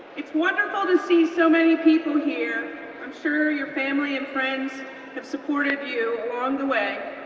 it's wonderful to see so many people here, i'm sure your family and friends have supported you along the way,